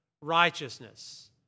righteousness